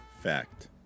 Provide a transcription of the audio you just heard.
Fact